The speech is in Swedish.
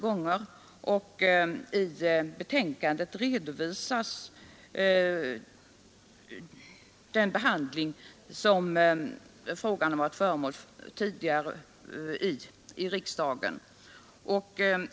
I betänkandet redovisas också den tidigare riksdagsbehandlingen.